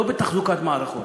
לא בתחזוקת מערכות.